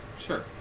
Sure